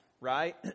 right